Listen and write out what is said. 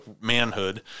manhood